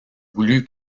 voulu